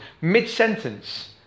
mid-sentence